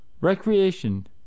Recreation